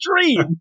dream